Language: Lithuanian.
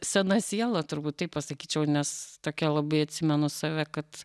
sena siela turbūt taip pasakyčiau nes tokia labai atsimenu save kad